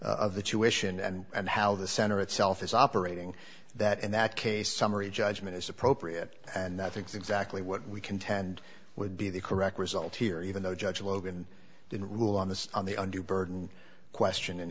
of the tuition and how the center itself is operating that in that case summary judgment is appropriate and that's exactly what we contend would be the correct result here even though judge logan didn't rule on this on the under the burden question